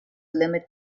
limit